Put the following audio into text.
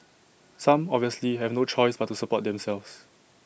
some obviously have no choice but to support themselves